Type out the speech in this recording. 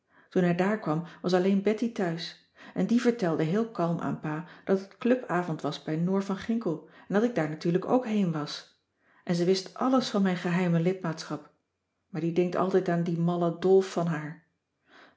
toen hij daar kwam was alleen betty thuis en die vertelde heel kalm aan pa dat het clubavond was bij noor van ginkel en dat ik daar natuurlijk ook heen was en ze wist alles van mijn geheime lidmaatschap maar die denkt altijd aan dien mallen dolf van haar